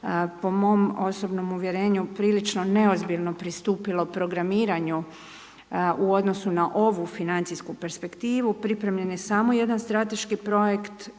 po mom osobnom uvjerenju prilično neozbiljno pristupilo programiranju u odnosu na ovu financijsku perspektivu. Pripremljen je samo jedan strateški projekt